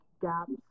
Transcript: gaps